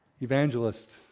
evangelist